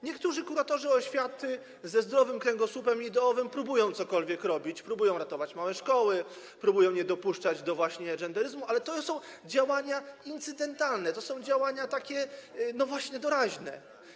Niektórzy kuratorzy oświaty ze zdrowym kręgosłupem ideowym próbują cokolwiek robić, próbują ratować małe szkoły, próbują nie dopuszczać właśnie do genderyzmu, ale to są działania incydentalne, to są działania właśnie doraźne.